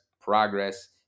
progress